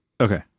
Okay